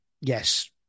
Yes